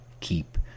keep